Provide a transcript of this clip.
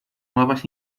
nuevas